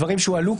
דברים שהועלו,